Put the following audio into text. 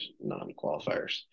non-qualifiers